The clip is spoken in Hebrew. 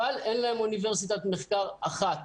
אבל אין להם אוניברסיטת מחקר אחת.